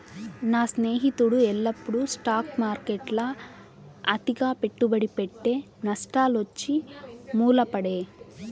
నా స్నేహితుడు ఎల్లప్పుడూ స్టాక్ మార్కెట్ల అతిగా పెట్టుబడి పెట్టె, నష్టాలొచ్చి మూల పడే